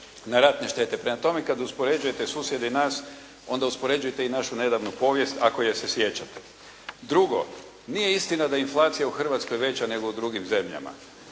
na ratne štete. Prema tome, kada uspoređujete susjede i nas, onda uspoređujte i našu nedavnu povijest, ako je se sjećate. Drugo, nije istina da inflacija u Hrvatskoj veća nego u drugim zemljama.